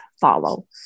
follow